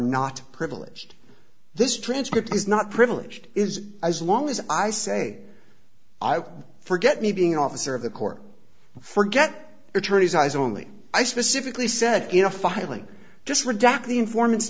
not privileged this transcript is not privileged is as long as i say i have forget me being an officer of the court forget attorney's eyes only i specifically said in a filing just redact the informant